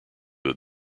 have